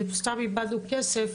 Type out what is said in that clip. סתם איבדנו כסף